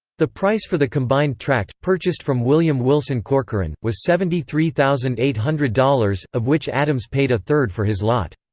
the price for the combined tract, purchased from william wilson corcoran, was seventy three thousand eight hundred dollars, of which adams paid a third for his lot.